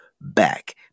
back